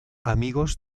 amigos